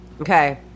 okay